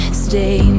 stay